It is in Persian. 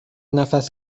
نفس